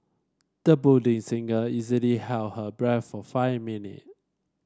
the budding singer easily held her breath for five minute